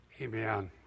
Amen